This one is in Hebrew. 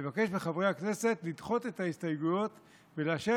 אני מבקש מחברי הכנסת לדחות את ההסתייגויות ולאשר